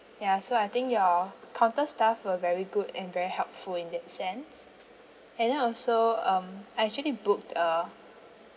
ya so I think your counter staff were very good and very helpful in that sense and then also um I actually booked a